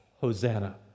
Hosanna